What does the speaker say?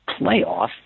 playoff